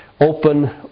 Open